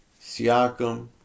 Siakam